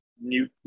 new